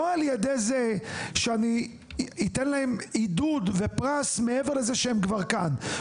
לא על ידי זה שאני אתן להם עידוד ופרס מעבר לזה שהם כבר כאן.